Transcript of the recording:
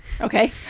Okay